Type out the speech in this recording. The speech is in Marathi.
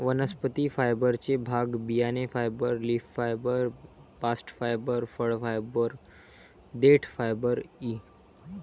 वनस्पती फायबरचे भाग बियाणे fibre, leaf fibre, bast fibre, फळ फायबर, देठ फायबर इ